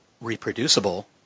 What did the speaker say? reproducible